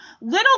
little